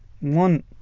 one